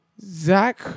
Zach